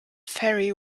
ferry